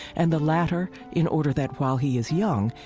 and the latter in order that, while he is young,